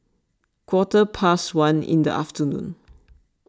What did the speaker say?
quarter past one in the afternoon